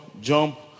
jump